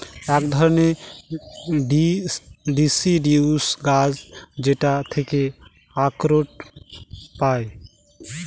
এক ধরনের ডিসিডিউস গাছ যেটার থেকে আখরোট পায়